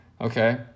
okay